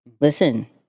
listen